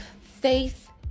Faith